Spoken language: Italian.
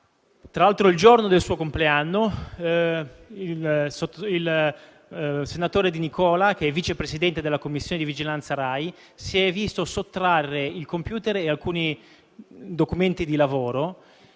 Il giorno del suo compleanno, il senatore Di Nicola, vice presidente della Commissione di vigilanza Rai, si è visto sottrarre il *computer* e alcuni documenti di lavoro.